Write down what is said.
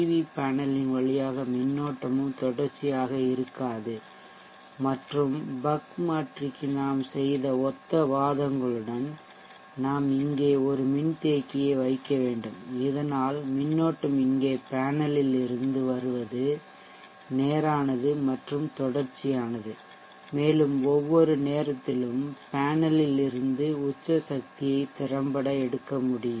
we பேனலின் வழியாக மின்னோட்டமும் தொடர்ச்சியாக இருக்காது மற்றும் பக் மாற்றிக்கு நாம் செய்த ஒத்த வாதங்களுடன் நாம் இங்கே ஒரு மின்தேக்கியை வைக்க வேண்டும் இதனால் மின்னோட்டம் இங்கே பேனலில் இருந்து வருவது நேரானது மற்றும் தொடர்ச்சியானது மேலும் ஒவ்வொரு நேரத்திலும் பேனலில் இருந்து உச்ச சக்தியை திறம்பட எடுக்க முடியும்